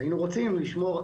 היינו רוצים לשמור,